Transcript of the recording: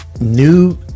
new